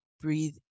Breathe